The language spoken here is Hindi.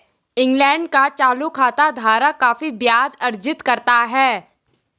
इंग्लैंड का चालू खाता धारक काफी ब्याज अर्जित करता है